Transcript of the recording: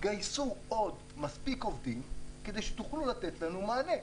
גייסו עוד מספיק עובדים כדי שתוכלו לתת לנו מענה,